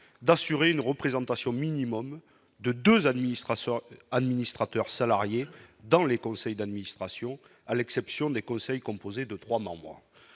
d'assurer une représentation minimum de 2 administrations administrateurs salariés dans les conseils d'administration, à l'exception des conseils, composée de 3 membres,